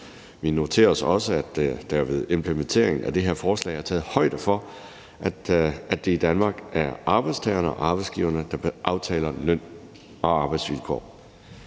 Vi noterer os også, at der ved implementeringen af det her forslag er taget højde for, at det i Danmark er arbejdstagerne og arbejdsgiverne, der aftaler løn og arbejdsvilkår.